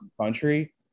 country